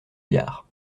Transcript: biard